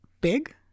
big